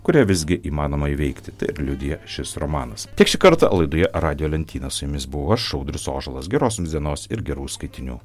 kurią visgi įmanoma įveikti tai ir liudija šis romanas tiek šį kartą laidoje radijo lentyna su jumis buvau aš audrius ožalas geros jums dienos ir gerų skaitinių